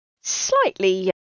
Slightly